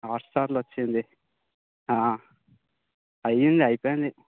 హాట్స్టార్లో వచ్చింది అయ్యింది అయిపోయింది